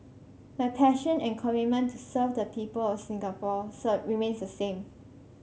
my passion and commitment to serve the people of Singapore remains the same